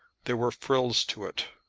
there were frills to it,